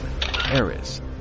Paris